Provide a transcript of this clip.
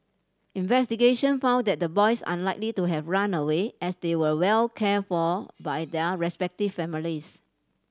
investigation found that the boys unlikely to have run away as they were well cared for by their respective families